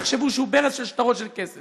יחשבו שהוא ברז של שטרות של כסף.